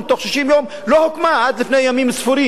60 יום לא הוקמה עד לפני ימים ספורים,